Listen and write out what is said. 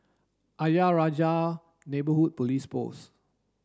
Ayer Rajah Neighbourhood Police Post